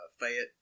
Fayette